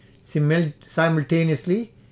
simultaneously